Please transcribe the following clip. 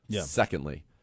Secondly